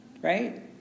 Right